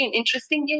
interesting